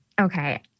okay